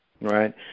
Right